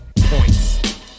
points